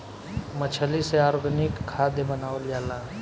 मछली से ऑर्गनिक खाद्य बनावल जाला